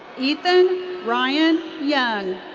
ethan ryan young.